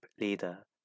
leader